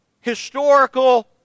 historical